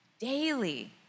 daily